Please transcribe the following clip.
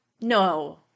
No